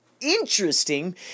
interesting